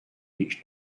reached